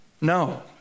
no